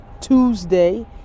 Tuesday